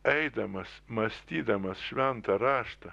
eidamas mąstydamas šventą raštą